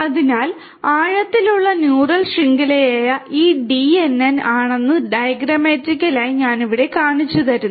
അതിനാൽ ആഴത്തിലുള്ള ന്യൂറൽ ശൃംഖലയായ ഈ DNN ആണെന്ന് ഡയഗ്രമാറ്റിക്കലായി ഞാൻ ഇവിടെ കാണിച്ചുതരുന്നു